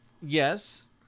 Yes